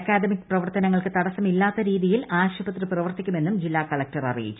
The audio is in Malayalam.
അക്കാദമിക് പ്രവർത്തനങ്ങൾക്ക് തടസമില്ലാത്ത രീതിയിൽ ആശുപത്രി പ്രവർത്തിക്കുമെന്നും ജില്ലാ കളക്ടർ അറിയിച്ചു